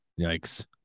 yikes